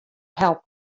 help